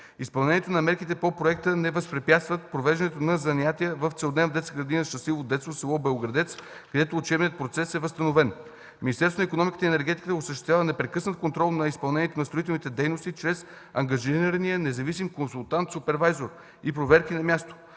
Изпълнението на мерките по проекти не възпрепятстват провеждането на занятията в Целодневна детска градина „Щастливо детство” в с. Белоградец, където учебният процес е възстановен. Министерството на икономиката и енергетиката осъществява непрекъснат контрол на изпълнението на строителните дейности чрез ангажирания независим консултант-супервайзор и проверки на място.